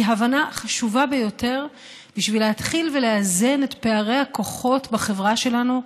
היא הבנה חשובה ביותר בשביל להתחיל ולאזן את פערי הכוחות בחברה שלנו,